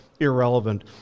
Irrelevant